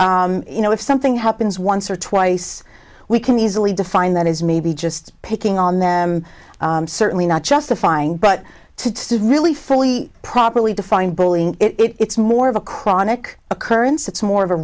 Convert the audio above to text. few you know if something happens once or twice we can easily define that as maybe just picking on them certainly not justifying but to really fully properly define bullying it's more of a chronic occurrence it's more of a